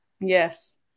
Yes